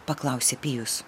paklausė pijus